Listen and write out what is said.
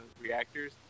reactors